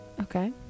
Okay